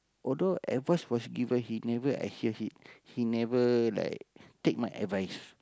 although advice was given he never adhere he never like take my advice